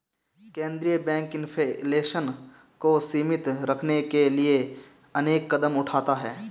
केंद्रीय bank inflation को सीमित रखने के लिए अनेक कदम उठाता है